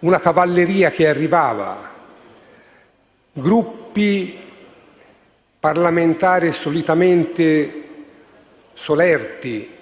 una cavalleria in arrivo: Gruppi parlamentari solitamente solerti